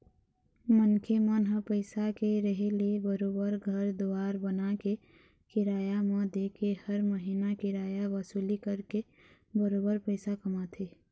मनखे मन ह पइसा के रेहे ले बरोबर घर दुवार बनाके, किराया म देके हर महिना किराया वसूली करके बरोबर पइसा कमाथे